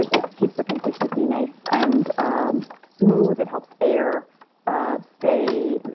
it it keeps the consistency nice and ah smooth. it helps air ah stay,